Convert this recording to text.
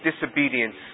disobedience